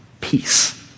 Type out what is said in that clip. peace